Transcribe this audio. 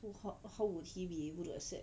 how how would he be able to accept